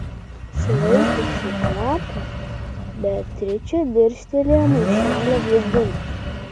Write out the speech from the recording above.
sulaikiusi kvapą beatričė dirstelėjo maišelio vidun